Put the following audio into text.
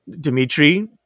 Dimitri